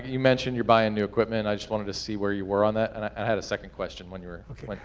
you mentioned you're buying new equipment. i just wanted to see where you were on that. and i had a second question when you were,